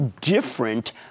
different